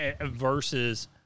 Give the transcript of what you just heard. versus